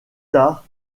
tard